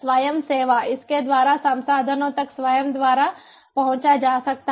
स्वयं सेवा इसके द्वारा संसाधनों तक स्वयं द्वारा पहुँचा जा सकता है